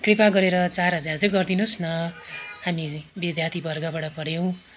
कृपया गरेर चार हजार चाहिँ गरिदिनु होस् न हामी विद्यार्थीवर्गबाट पर्यौँ